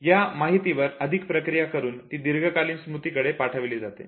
या माहितीवर अधिक प्रक्रिया करून ती दीर्घकालीन स्मृती कडे पाठवली जाते